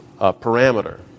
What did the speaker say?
parameter